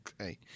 Okay